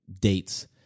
dates